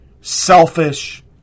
selfish